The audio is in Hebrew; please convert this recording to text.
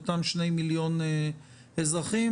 אותם 2 מיליון אזרחים,